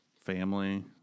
Family